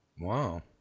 Wow